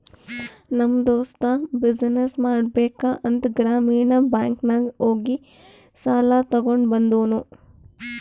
ನಮ್ ದೋಸ್ತ ಬಿಸಿನ್ನೆಸ್ ಮಾಡ್ಬೇಕ ಅಂತ್ ಗ್ರಾಮೀಣ ಬ್ಯಾಂಕ್ ನಾಗ್ ಹೋಗಿ ಸಾಲ ತಗೊಂಡ್ ಬಂದೂನು